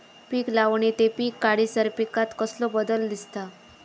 पीक लावणी ते पीक काढीसर पिकांत कसलो बदल दिसता?